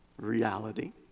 Reality